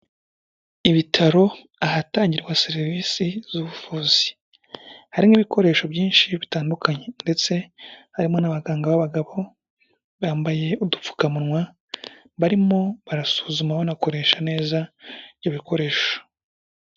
Ibitaro ahatangirwa serivisi z'ubuvuzi, hari nk'ibikoresho byinshi bitandukanye ndetse harimo n'abaganga b'abagabo bambaye udupfukamunwa, barimo barasuzuma banakoresha neza ibikoresho.